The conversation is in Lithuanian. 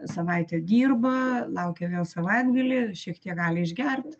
savaitę dirba laukia vėl savaitgalį šiek tiek gali išgert